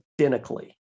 identically